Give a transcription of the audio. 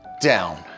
down